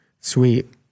Sweet